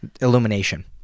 illumination